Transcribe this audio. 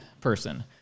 person